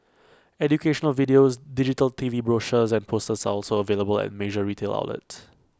educational videos digital T V brochures and posters are also available at major retail outlets